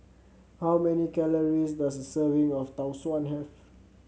how many calories does a serving of Tau Suan have